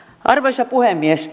arvoisa puhemies